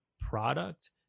product